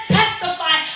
testify